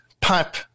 pipe